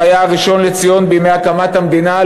שהיה הראשון לציון בימי הקמת המדינה,